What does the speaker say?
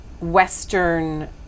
Western